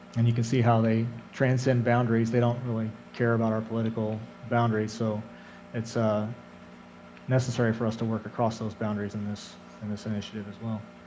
and you can see how they transcend boundaries. they don't really care about our political boundaries, so it's ah necessary for us to work across those boundaries in this in this initiative as well.